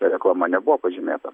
reklama nebuvo pažymėta